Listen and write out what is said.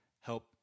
help